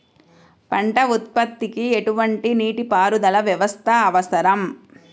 పంట ఉత్పత్తికి ఎటువంటి నీటిపారుదల వ్యవస్థ అవసరం?